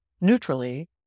neutrally